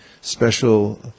special